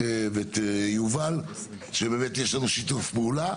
ואת יובל, יש לנו שיתוף פעולה.